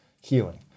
healing